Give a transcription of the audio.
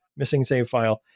MissingSaveFile